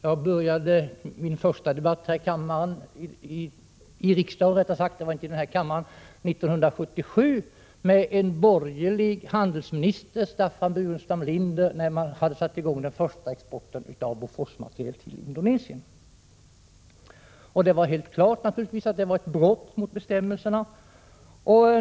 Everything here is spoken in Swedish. Jag hade min första debatt om den här i riksdagen 1977, då vi hade en borgerlig handelsminister, Staffan Burenstam Linder, och då man hade påbörjat den första exporten av Boforsmateriel till Indonesien. Det var helt klart fråga om ett brott mot bestämmelserna.